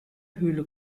höhle